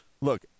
look